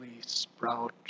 sprout